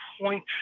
point